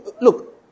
look